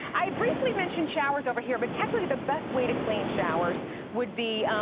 i briefly mentioned showers over here, but technically the best way to clean showers would be